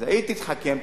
אז ההיא תתחכם,